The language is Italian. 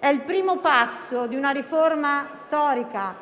È il primo passo di una riforma storica